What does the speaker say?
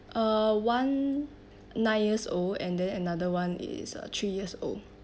uh one nine years old and then another one is uh three years old